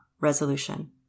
resolution